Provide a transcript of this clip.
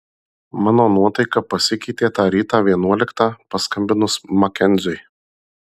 mano nuotaika pasikeitė tą rytą vienuoliktą paskambinus makenziui